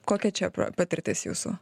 kokia čia patirtis jūsų